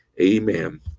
Amen